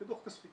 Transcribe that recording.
זה דוח כספי.